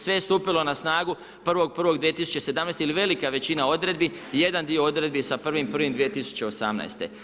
Sve je stupilo na snagu 1.1.2017. ili velika većina odredbi, jedan dio odredbi je sa 1.12018.